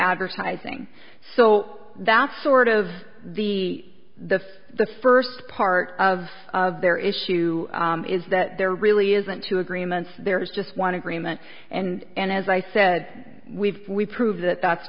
advertising so that's sort of the the the first part of their issue is that there really isn't to agreements there's just one agreement and as i said we've we prove that that's